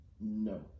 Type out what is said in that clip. No